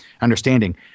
understanding